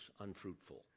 unfruitful